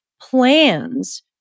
plans